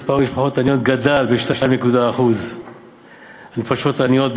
מספר המשפחות העניות גדל ב-2%; הנפשות העניות,